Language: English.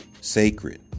sacred